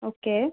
okay